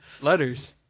Letters